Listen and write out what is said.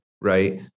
right